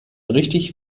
richtig